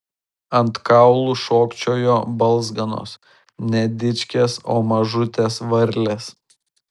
ant kaulų šokčiojo balzganos ne dičkės o mažutės varlės